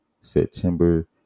September